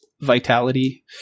Vitality